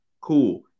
Cool